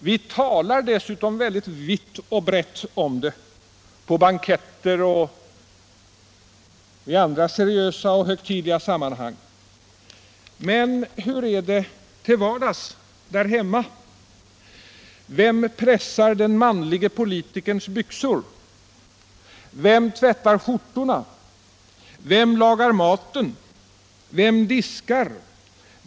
Vi talar dessutom vitt och brett om det på banketter och i andra seriösa och högtidliga sammanhang. Men hur är det till vardags där hemma? Vem pressar den manlige politikerns byxor? Vem tvättar skjortorna? Vem lagar maten? Vem diskar?